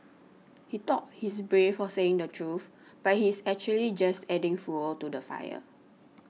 he thought he's brave for saying the truth but he's actually just adding fuel to the fire